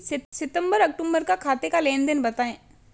सितंबर अक्तूबर का खाते का लेनदेन बताएं